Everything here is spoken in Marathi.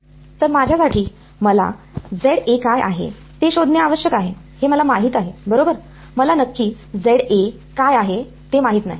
तर माझ्यासाठी मला काय आहे ते शोधणे आवश्यक आहे हे मला माहित आहे बरोबर मला नक्की काय आहे ते माहित नाही